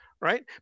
right